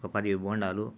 ఒక పది బొండాలు